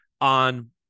on